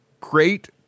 great